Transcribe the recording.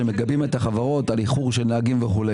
שהם מגבים את החברות על איחור של נהגים וכו'.